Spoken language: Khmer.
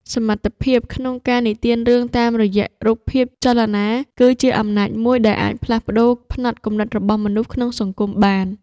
សមត្ថភាពក្នុងការនិទានរឿងតាមរយៈរូបភាពចលនាគឺជាអំណាចមួយដែលអាចផ្លាស់ប្តូរផ្នត់គំនិតរបស់មនុស្សក្នុងសង្គមបាន។